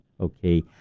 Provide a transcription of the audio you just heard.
Okay